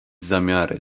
zamiary